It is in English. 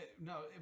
no